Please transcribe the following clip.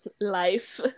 Life